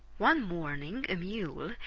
one morning a mule,